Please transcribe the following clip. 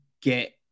get